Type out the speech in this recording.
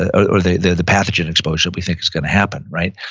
ah or the the pathogen exposure that we think is going to happen, right?